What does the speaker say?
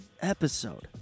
episode